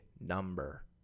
number